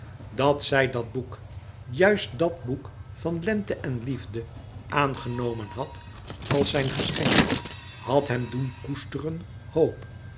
dat zij dat boek juist dat boek van lente en liefde aangenomen had als zijn geschenk had hem doen koesteren hoop